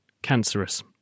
cancerous